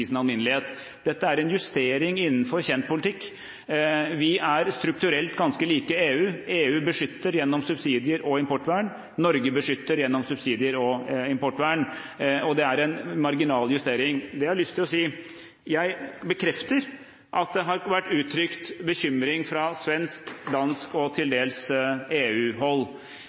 alminnelighet. Dette er en justering innenfor kjent politikk. Vi er strukturelt ganske like EU: EU beskytter gjennom subsidier og importvern, Norge beskytter gjennom subsidier og importvern, og det er en marginal justering. Det har jeg lyst til å si. Jeg bekrefter at det har vært uttrykt bekymring fra svensk og dansk hold og til dels